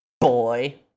boy